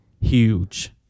huge